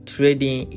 Trading